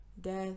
death